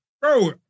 Bro